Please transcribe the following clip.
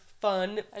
fun